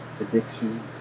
addiction